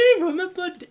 Remember